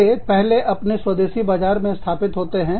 वे पहले अपने स्वदेशी बाजार में स्थापित होते हैं